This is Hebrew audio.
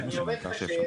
אני עובד קשה,